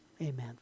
Amen